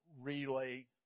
Relay